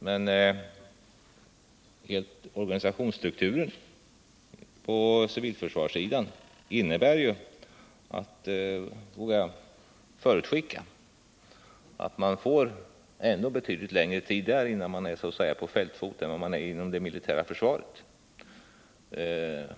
Men organisationsstrukturen på civilförsvarssidan innebär — det vågar jag förutskicka — att det tar betydligt längre tid att komma på fältfot än det gör för det militära försvaret.